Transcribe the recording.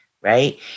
right